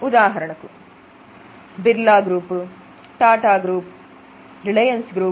ఉదాహరణ Birla group Tata group Reliance group